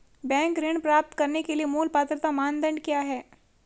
Bank ऋण प्राप्त करने के लिए मूल पात्रता मानदंड क्या हैं?